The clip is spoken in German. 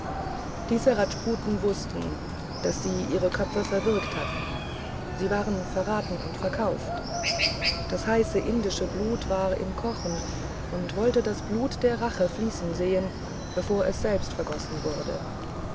diese rasputen wußten daß sie ihre köpfe verwirkt hatten sie waren verraten und verkauft das heiße indische blut war im kochen und wollte das blut der rache fließen sehen bevor es selber vergossen wurde